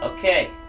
Okay